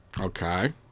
Okay